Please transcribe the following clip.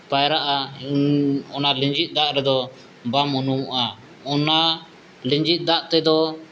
ᱯᱟᱭᱨᱟᱜᱼᱟ ᱚᱱᱟ ᱞᱤᱸᱡᱤᱜ ᱫᱟᱜ ᱨᱮᱫᱚ ᱵᱟᱢ ᱩᱱᱩᱢᱚᱜᱼᱟ ᱚᱱᱟ ᱞᱤᱸᱡᱤᱜ ᱫᱟᱜ ᱛᱮᱫᱚ